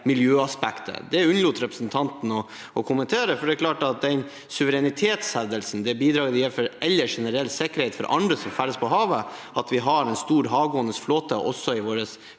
Det unnlot representanten å kommentere. Det er klart at den suverenitetshevdelsen, det bidraget det gir til generell sikkerhet ellers og for andre som ferdes på havet, at vi har en stor havgående flåte, også i våre